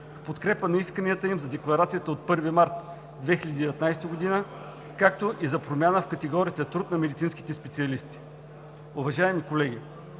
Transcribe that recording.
подкрепа на исканията им за декларацията от 1 март 2019 г., както и за промяна в категорията труд на медицинските специалисти. Уважаеми колеги,